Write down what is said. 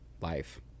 life